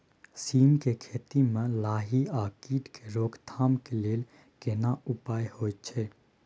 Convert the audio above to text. सीम के खेती म लाही आ कीट के रोक थाम के लेल केना उपाय होय छै?